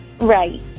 Right